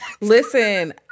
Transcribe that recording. Listen